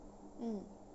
mm